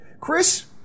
Chris